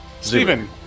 Stephen